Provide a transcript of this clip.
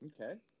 Okay